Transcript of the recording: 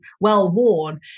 well-worn